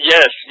Yes